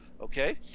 Okay